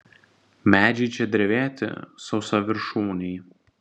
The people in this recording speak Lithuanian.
medžiai čia drevėti sausaviršūniai